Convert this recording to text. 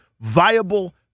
viable